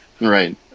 Right